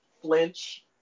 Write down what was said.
flinch